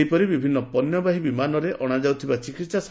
ସେହିପରି ବିଭିନ୍ନ ପଣ୍ୟବାହୀ ବିମାନରେ ଅଣାଯାଉଥିବା ଚିକିିିି